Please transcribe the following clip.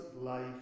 life